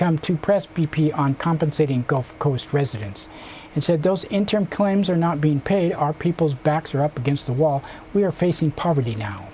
come to press b p on compensating gulf coast residents and said those interim coins are not being paid our people's backs are up against the wall we are facing poverty now